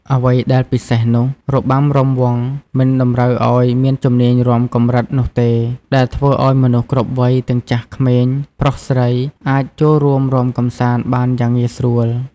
អ្វីដែលពិសេសនោះ របាំរាំវង់មិនតម្រូវឲ្យមានជំនាញរាំកម្រិតនោះទេ ដែលធ្វើឲ្យមនុស្សគ្រប់វ័យ ទាំងចាស់ក្មេង ប្រុសស្រី អាចចូលរួមរាំកម្សាន្តបានយ៉ាងងាយស្រួល។